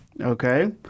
Okay